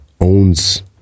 owns